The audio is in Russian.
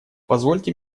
позвольте